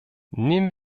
nehmen